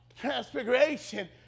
Transfiguration